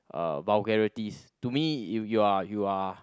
uh vulgarities to me you you are you are